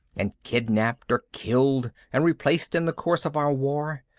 and kidnapped or killed and replaced in the course of our war.